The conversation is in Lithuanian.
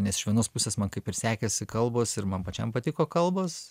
nes iš vienos pusės man kaip ir sekėsi kalbos ir man pačiam patiko kalbos